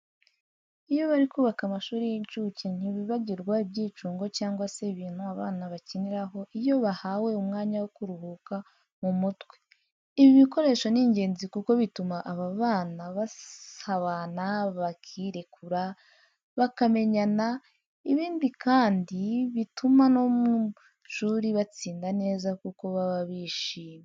Iyo bari kubaka amashuri y'incuke ntibibagirwa ibyicungo cyangwa se ibintu abana bakiniraho iyo bahawe umwanya wo kuruhura mu mutwe. Ibi bikoresho ni ingenzi kuko bituma aba bana basabana, bakirekura, bakamenyana. Ibi kandi bituma no mu ishuri batsinda neza kuko baba bishyimye.